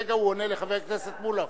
כרגע הוא עונה לחבר הכנסת מולה.